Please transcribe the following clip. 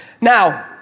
Now